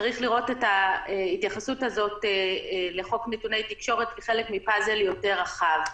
צריך לראות את ההתייחסות הזאת לחוק נתוני תקשורת כחלק מפאזל יותר רחב.